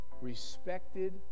respected